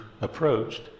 approached